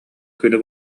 күнү